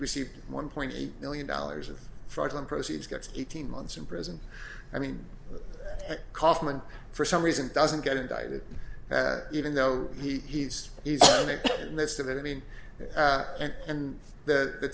received one point eight million dollars of fraudulent proceeds gets eighteen months in prison i mean kaufman for some reason doesn't get indicted even though he's in the midst of it i mean and and that the